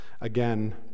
again